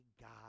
God